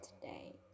today